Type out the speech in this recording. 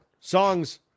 songs